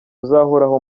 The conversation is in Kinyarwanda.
uzahoraho